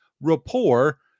rapport